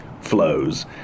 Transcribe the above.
flows